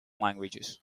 languages